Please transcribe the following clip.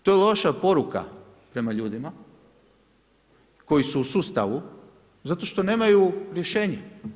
To je loša poruka prema ljudima, koji su u sustavu zato što nemaju rješenje.